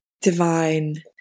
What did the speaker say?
Divine